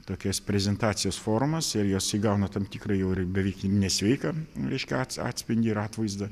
tokias prezentacijos formas ir jos įgauna tam tikrą jau beveik ir nesveiką reiškia atspindį ir atvaizdą